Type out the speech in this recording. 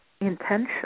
intention